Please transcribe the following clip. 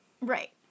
right